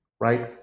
right